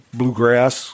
bluegrass